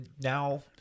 now